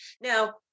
Now